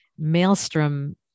maelstrom